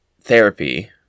therapy